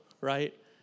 right